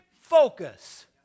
focus